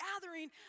gathering